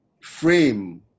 frame